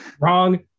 Wrong